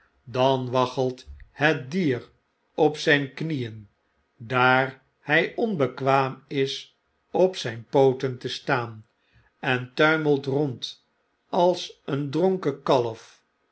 dan waggelt het dier op zyn knieen daar hy onbekwaam is op zyn pooten te staan en tuimelt rond als een dronken kalf